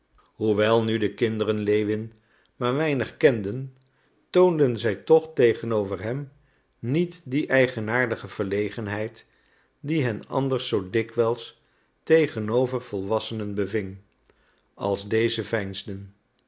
hoewel nu de kinderen lewin maar weinig kenden toonden zij toch tegenover hem niet die eigenaardige verlegenheid die hen anders zoo dikwijls tegenover volwassenen beving als deze